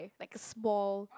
like small